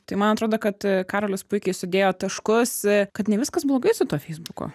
tai man atrodo kad karolis puikiai sudėjo taškus kad ne viskas blogai su tuo feisbuku